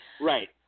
Right